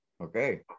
Okay